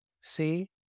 See